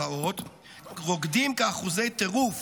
רוקדים כאחוזי טירוף